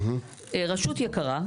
רשות יקרה,